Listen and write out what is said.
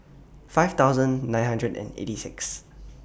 five thousand nine hundred and eighty six